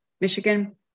Michigan